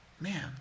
Man